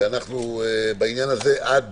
עד